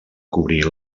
cobrir